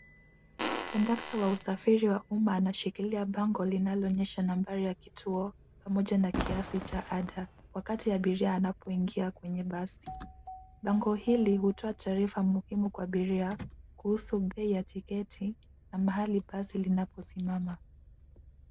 Kondakta wa usafiri wa umma anashikilia bango linaloonyesha nambari ya kituo pamoja na kiasi cha ada wakati abiria anapoingia kwenye basi. Bango hili hutoa taarifa muhimu kwa abiria kuhusu bei ya tiketi na mahali basi linaposimama.